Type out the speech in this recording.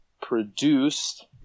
produced